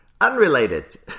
unrelated